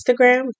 Instagram